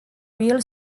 real